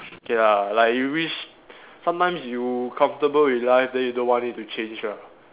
okay lah like you wish sometimes you comfortable with life then you don't want it to change ah